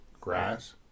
grass